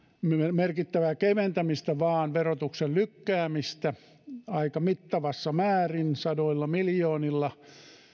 merkittävää keventämistä vaan verotuksen lykkäämistä aika mittavassa määrin sadoilla miljoonilla